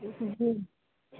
جی